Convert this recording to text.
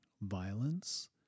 violence